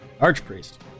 Archpriest